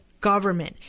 government